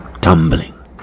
tumbling